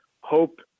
hope